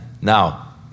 now